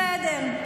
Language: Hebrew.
בסדר.